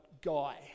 guy